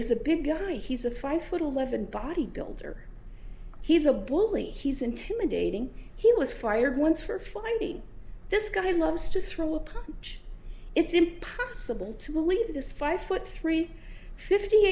is a big guy he's a five foot eleven bodybuilder he's a bully he's intimidating he was fired once for finding this guy loves to throw a punch it's impossible to believe this five foot three fifty